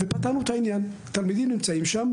ופתרנו את העניין תלמידים נמצאים שם,